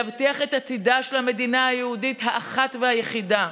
להבטיח את עתידה של המדינה היהודית האחת והיחידה.